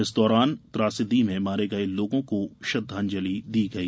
इस दौरान त्रासदी में मारे गये लोगों को श्रद्धांजली दी गई